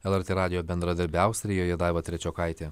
lrt radijo bendradarbė austrijoje daiva trečiokaitė